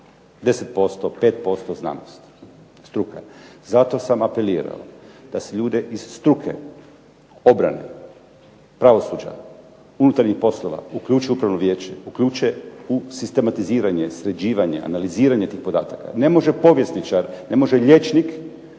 10%, 5% znanosti, struka. Zato sam apelirao da se ljude iz struke, obrane, pravosuđa, unutarnjih poslova uključe u upravno vijeće, uključe u sistematiziranje, sređivanje, analiziranje tih podataka. Ne može povjesničar, ne može liječnik